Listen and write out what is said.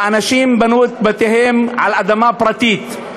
ואנשים בנו את בתיהם על אדמה פרטית,